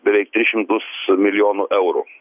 beveik tris šimtus milijonų eurų